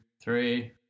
three